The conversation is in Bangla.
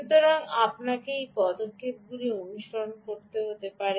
সুতরাং আপনাকে এই পদক্ষেপগুলি অনুসরণ করতে হতে পারে